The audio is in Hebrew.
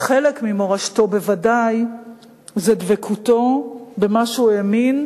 חלק ממורשתו הוא בוודאי דבקותו במה שהוא האמין,